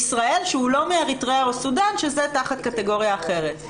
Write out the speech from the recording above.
שהם לא מאריתראה וסודן, שזה תחת קטגוריה אחרת?